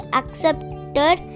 accepted